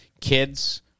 kids